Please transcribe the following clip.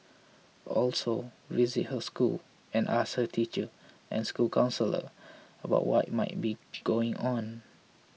also visit her school and ask her teacher and school counsellor about what might be going on